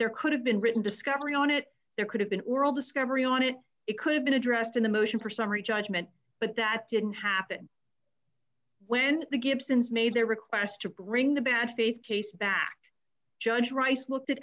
there could have been written discovery on it there could have been oral discovery on it it could have been addressed in the motion for summary judgment but that didn't happen when the gibsons made their request to bring the bad faith case back judge rice looked at